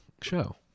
show